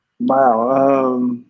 Wow